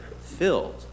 filled